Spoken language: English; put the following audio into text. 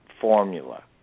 formula